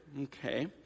okay